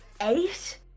eight